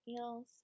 eels